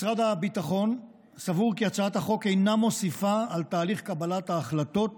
משרד הביטחון סבור כי הצעת החוק אינה מוסיפה על תהליך קבלת ההחלטות